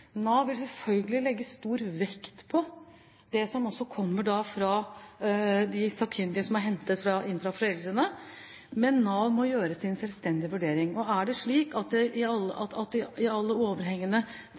Nav vil selvfølgelig legge stor vekt på det som kommer fra sakkyndige som er hentet inn av foreldrene, men Nav må gjøre sin selvstendige vurdering. Er det overveiende sannsynlig at